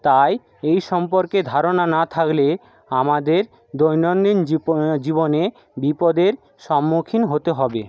তাই এই সম্পর্কে ধারণা না থাকলে আমাদের দৈনন্দিন জীবনে বিপদের সম্মুখীন হতে হবে